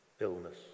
illness